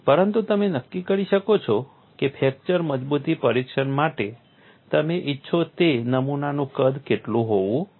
પરંતુ તમે નક્કી કરી શકો છો કે ફ્રેક્ચર મજબૂતી પરીક્ષણ માટે તમે ઇચ્છો છો તે નમૂનાનું કદ કેટલું હોવું જોઈએ